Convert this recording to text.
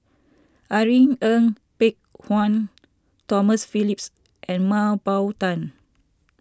Irene Ng Phek Hoong Tomas Phillips and Mah Bow Tan